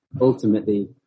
ultimately